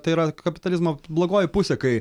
tai yra kapitalizmo blogoji pusė kai